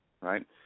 right